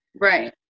Right